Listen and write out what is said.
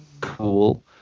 cool